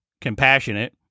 compassionate